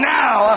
now